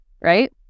right